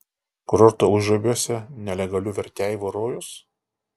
kurorto užribiuose nelegalių verteivų rojus